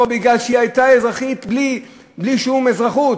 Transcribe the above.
מפני שהיא הייתה אזרחית בלי שום אזרחות.